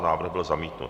Návrh byl zamítnut.